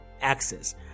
Access